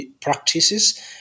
practices